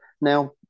Now